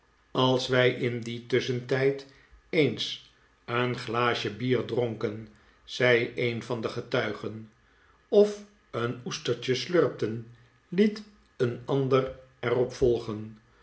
als wij in dien tusschentijd eens een glaasje bier dronken zei een van de ge tuigen of een oestertje slurpten liet een ander er op volgen